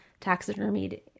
taxidermied